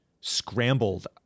scrambled